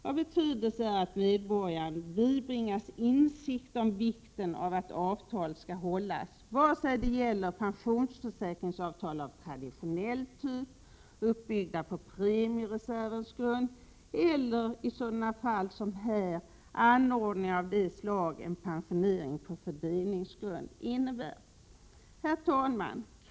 Av betydelse är att medborgarna bibringas insikt om vikten av att avtal skall hållas vare sig det gäller pensionsförsäkringsavtal av traditionell typ uppbyggda på premiereservsystemets grund eller — såsom fallet är här — anordningar av det slag som en pensionering på fördelningsgrund innebär.” Herr talman!